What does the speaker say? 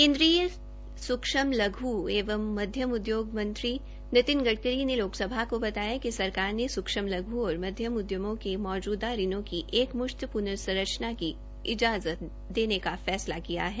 केन्द्रीय सूक्षम लघु एवं मध्यम उद्यम मंत्री नितिन गडकरी ने लोकसभा को बताया कि सरकार ने सूक्ष्म लघु और माध्यम उद्यमों के मौजूदा ऋणों को एक मुश्त प्नर्सरचना की इजाजत देने का फैसला किया है